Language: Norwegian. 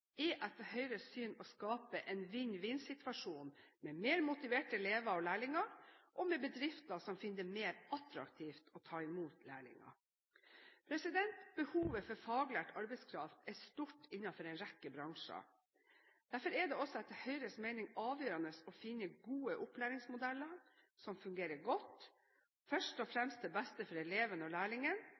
er etter Høyres syn å skape en vinn-vinn-situasjon, med mer motiverte elever og lærlinger og med bedrifter som finner det mer attraktivt å ta imot lærlinger. Behovet for faglært arbeidskraft er stort innenfor en rekke bransjer. Derfor er det også etter Høyres mening avgjørende å finne gode opplæringsmodeller som fungerer godt, først og fremst til beste for eleven og lærlingen,